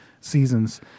seasons